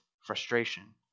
frustration